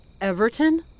Everton